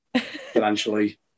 financially